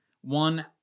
One